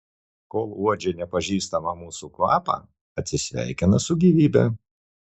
kol uodžia nepažįstamą mūsų kvapą atsisveikina su gyvybe